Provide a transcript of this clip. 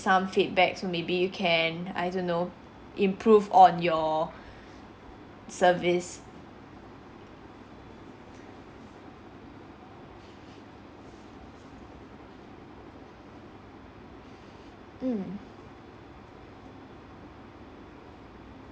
some feedback so maybe you can I don't know improve on your service mm